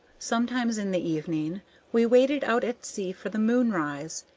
sometimes in the evening we waited out at sea for the moonrise,